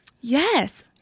Yes